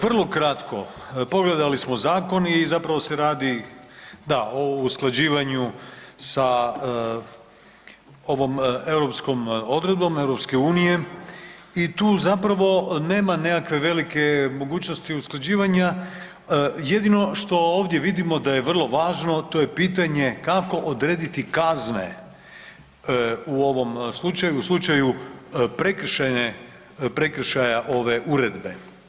Vrlo kratko, pogledali smo zakon i zapravo se radi da, o usklađivanju sa ovom europskom odredbom EU i tu zapravo nema nekakve velike mogućnosti usklađivanja, jedino što vidimo da je vrlo važno, a to je pitanje kako odrediti kazne u ovom slučaju, u slučaju prekršaja ove uredbe.